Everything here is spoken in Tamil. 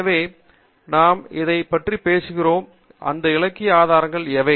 எனவே நாம் எதைப் பற்றிப் பேசுகிறோமோ அந்த இலக்கிய ஆதாரங்கள் எவை